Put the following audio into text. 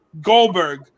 Goldberg